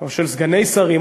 או של סגני שרים,